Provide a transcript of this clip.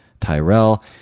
Tyrell